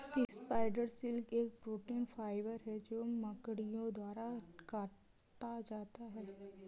spider silk एक protein fibre है जो मकड़ियों द्वारा काता जाता है